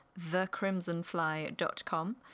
thecrimsonfly.com